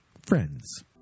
Friends